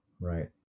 Right